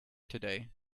today